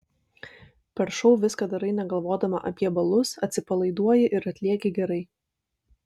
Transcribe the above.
per šou viską darai negalvodama apie balus atsipalaiduoji ir atlieki gerai